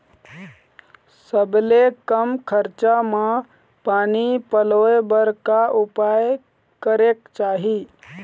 सबले कम खरचा मा पानी पलोए बर का उपाय करेक चाही?